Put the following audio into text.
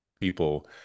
people